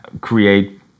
Create